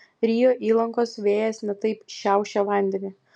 rio įlankos vėjas ne taip šiaušė vandenį